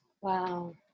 Wow